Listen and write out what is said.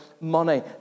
money